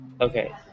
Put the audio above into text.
Okay